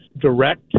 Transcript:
direct